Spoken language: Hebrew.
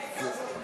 העיקר,